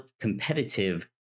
competitive